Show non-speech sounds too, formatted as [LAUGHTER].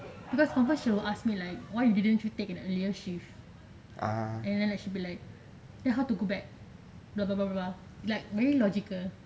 because confirm she will ask me like why didn't you take an earlier shift and the she be like then how to go back [NOISE] like very logical